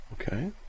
okay